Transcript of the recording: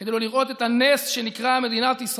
כדי לא לראות את הנס שנקרא מדינת ישראל